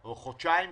או חודשיים כמעט,